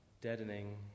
deadening